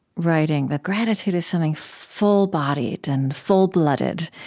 writing that gratitude is something full-bodied and full-blooded.